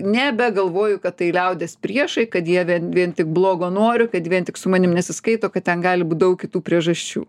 nebegalvoju kad tai liaudies priešai kad dieve vien tik blogo noriu kad vien tik su manim nesiskaito kad ten gali būt daug kitų priežasčių